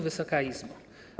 Wysoka Izbo!